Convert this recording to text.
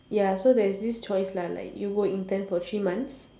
ya so there is this choice lah like you go intern for three months